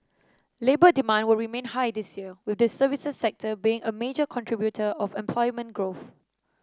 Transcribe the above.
labour demand will remain high this year with the services sector being a major contributor of employment growth